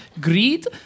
greed